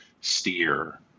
steer